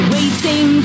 Waiting